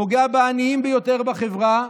פוגע בעניים ביותר בחברה,